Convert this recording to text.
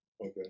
Okay